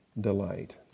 delight